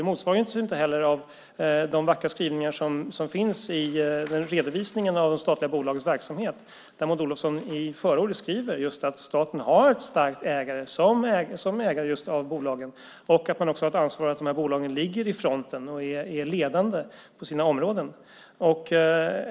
Det motsvaras inte heller av de vackra skrivningar som finns i redovisningen av de statliga bolagens verksamhet där Maud Olofsson i förordet skriver just detta, att staten har ett starkt ansvar som ägare av bolagen och att man också har ett ansvar för att bolagen ligger i fronten och är ledande på sina områden.